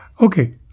okay